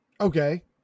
Okay